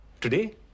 today